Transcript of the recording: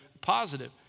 positive